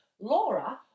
Laura